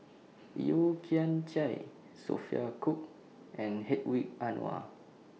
Yeo Kian Chai Sophia Cooke and Hedwig Anuar